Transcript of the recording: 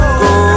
go